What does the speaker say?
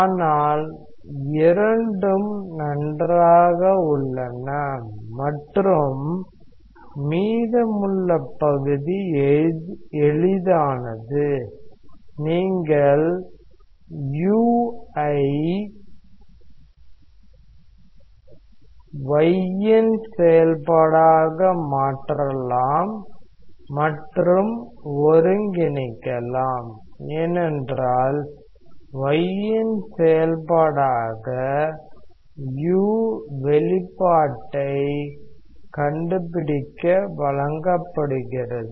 ஆனால் இரண்டும் நன்றாக உள்ளன மற்றும் மீதமுள்ள பகுதி எளிதானது நீங்கள் u ஐ y இன் செயல்பாடாக மாற்றலாம் மற்றும் ஒருங்கிணைக்கலாம் ஏனென்றால் y இன் செயல்பாடாக u வெளிப்பாட்டைக் கண்டுபிடிக்க வழங்கப்படுகிறது